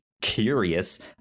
curious